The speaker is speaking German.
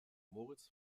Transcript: moritz